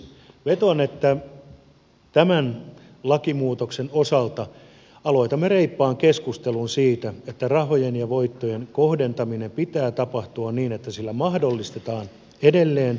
vetoan että tämän lakimuutoksen osalta aloitamme reippaan keskustelun siitä että rahojen ja voittojen kohdentamisen pitää tapahtua niin että sillä mahdollistetaan edelleen alan toiminta